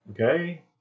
Okay